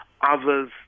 others